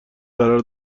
قرار